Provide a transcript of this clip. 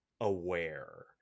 aware